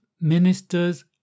ministers